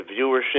viewership